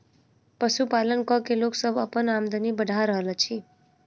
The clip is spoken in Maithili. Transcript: पशुपालन क के लोक सभ अपन आमदनी बढ़ा रहल अछि